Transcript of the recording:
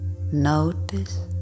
notice